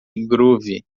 groove